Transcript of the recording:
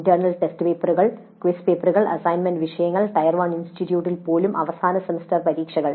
internal test പേപ്പറുകൾ quiz പേപ്പറുകൾ assignment വിഷയങ്ങൾ ടയർ വൺ ഇൻസ്റ്റിറ്റ്യൂട്ടിൽ പോലും സെമസ്റ്റർ അവസാന പരീക്ഷകൾ